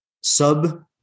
Sub